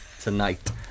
tonight